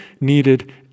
needed